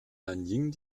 nanjing